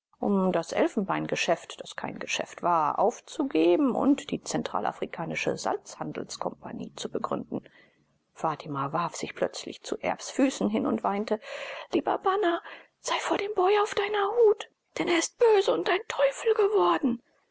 um das elfenbeingeschäft das kein geschäft war aufzugeben und die zentralafrikanische salzhandelskompagnie zu begründen fatima warf sich plötzlich zu erbs füßen hin und weinte lieber bana sei vor dem boy auf deiner hut denn er ist böse und ein teufel geworden